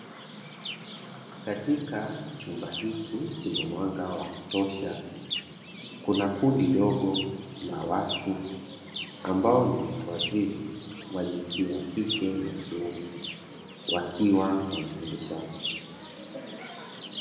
Katika chumba hiki chenye mwanga wa kutosha, kuna kundi dogo la watu ambao ni watu wazima wa jinsia ya kike na kiume, wakiwa wanafundishana.